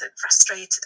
frustrated